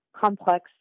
complex